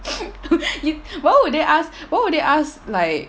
why would they asked why would they ask like